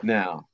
now